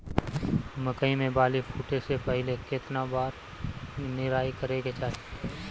मकई मे बाली फूटे से पहिले केतना बार निराई करे के चाही?